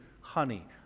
honey